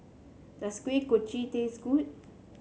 does Kuih Kochi taste good